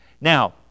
Now